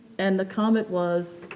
and the comment was,